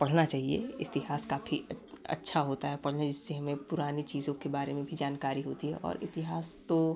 पढ़ना चाहिए इतिहास काफ़ी अच्छा होता है पढ़ने इससे हमें पुरानी चीज़ों के बारे में भी जानकारी होती है और इतिहास तो